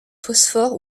phosphore